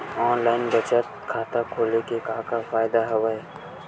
online बचत खाता खोले के का का फ़ायदा हवय